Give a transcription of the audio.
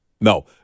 No